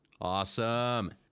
Awesome